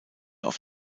auf